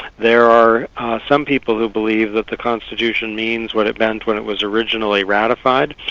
there are some people who believe that the constitution means what it meant when it was originally ratified,